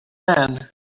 man